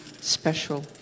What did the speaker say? special